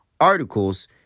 articles